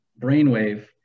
brainwave